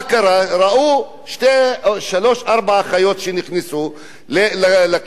ראו שלוש-ארבע אחיות שנכנסו לכיתות,